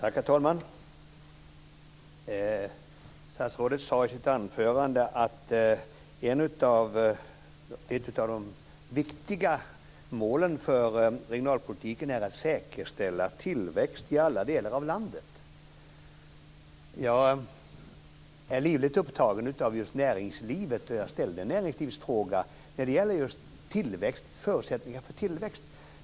Herr talman! Statsrådet sade i sitt anförande att ett av de viktiga målen för regionalpolitiken är att säkerställa tillväxt i alla delar av landet. Jag är livligt upptagen av just näringslivet, och jag ställde en näringslivsfråga när det gäller just tillväxt och förutsättningar för den.